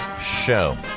Show